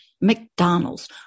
McDonald's